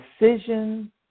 decision